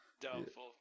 Doubtful